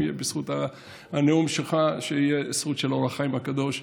בזכות הנאום שלך שתהיה זכות של אור החיים הקדוש.